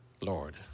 Lord